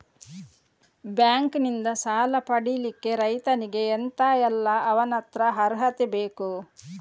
Bank ನಿಂದ ಸಾಲ ಪಡಿಲಿಕ್ಕೆ ರೈತನಿಗೆ ಎಂತ ಎಲ್ಲಾ ಅವನತ್ರ ಅರ್ಹತೆ ಬೇಕು?